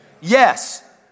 Yes